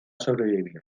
sobrevivir